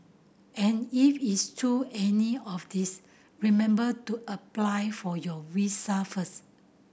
and if it's to any of these remember to apply for your visa first